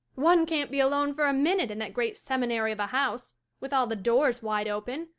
one can't be alone for a minute in that great seminary of a house, with all the doors wide open,